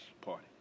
party